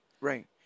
Right